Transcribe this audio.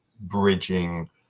bridging